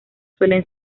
suelen